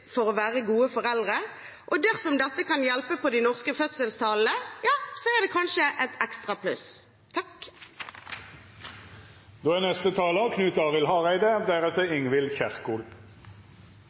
for å være gode foreldre, og dersom dette kan hjelpe på de norske fødselstallene, er det kanskje et ekstra pluss. Det går mot avslutninga av ein lang debatt om bioteknologi, eit tema som er